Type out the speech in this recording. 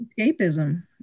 escapism